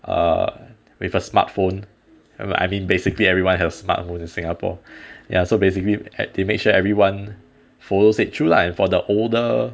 err with a smartphone or I mean basically everyone have smartphones in singapore ya so basically they made sure everyone follows it through lah and for the older